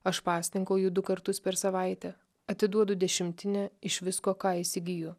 aš pasninkauju du kartus per savaitę atiduodu dešimtinę iš visko ką įsigiju